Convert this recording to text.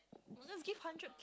you just give hundred